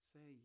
Say